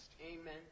Amen